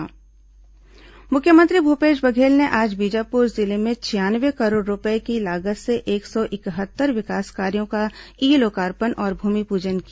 मुख्यमंत्री भूमिपूजन मुख्यमंत्री भूपेश बघेल ने आज बीजापुर जिले में छियानवे करोड़ रूपये की लागत से एक सौ इकहत्तर विकास कार्यो का ई लोकार्पण और भूमिपूजन किया